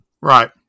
Right